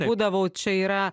būdavau čia yra